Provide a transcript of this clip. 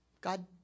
God